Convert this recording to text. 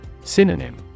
Synonym